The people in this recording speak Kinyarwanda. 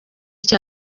cya